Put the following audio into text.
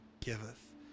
giveth